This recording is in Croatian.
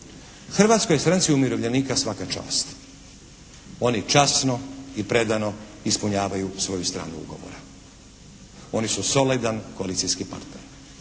Hrvatskoj stranci umirovljenika svaka čast. Oni časno i predano ispunjavaju svoju stranu ugovora, oni su solidan koalicijski partner.